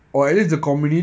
mm